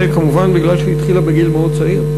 זה כמובן כי היא התחילה בגיל מאוד צעיר,